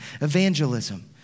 evangelism